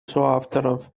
соавторов